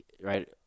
right